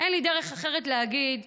אין לי דרך אחרת להגיד,